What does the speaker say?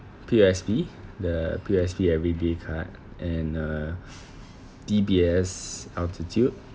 P_O_S_B the P_O_S_B everyday card and uh D_B_S altitude